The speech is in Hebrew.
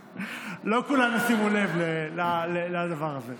אז לא כולם ישימו לב לדבר הזה.